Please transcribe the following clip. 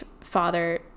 father